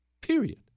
Period